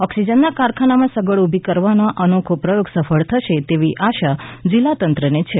ઓક્સીજનના કારખાનામાં સગવડ ઊભી કરવાનો આ અનોખો પ્રયોગ સફળ થશે તેવી આશા જિલ્લા તંત્રને છે